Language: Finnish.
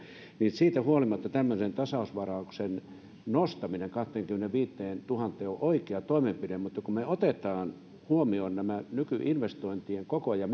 siitä huolimatta tämmöinen tasausvarauksen nostaminen kahteenkymmeneenviiteentuhanteen on oikea toimenpide mutta kun me otamme huomioon nykyinvestointien koot ja